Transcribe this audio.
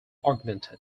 augmented